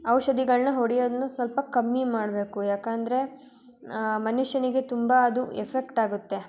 ಔಷಧಿಗಳನ್ನ ಹೊಡ್ಯೋದನ್ನೂ ಸ್ವಲ್ಪ ಕಮ್ಮಿ ಮಾಡಬೇಕು ಯಾಕಂದರೆ ಮನುಷ್ಯನಿಗೆ ತುಂಬ ಅದು ಎಫೆಕ್ಟ್ ಆಗುತ್ತೆ